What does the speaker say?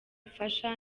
ifasha